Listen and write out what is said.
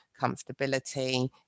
comfortability